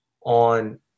on